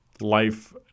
life